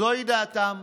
זוהי דעתם.